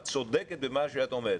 ואת צודקת במה שאת אומרת.